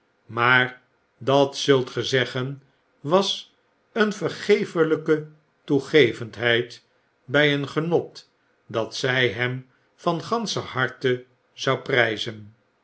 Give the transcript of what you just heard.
maar dat zult ge zeggen was een vergeefelijke toegevendheid by een genot dat zy hem van ganscher harte zou pryzen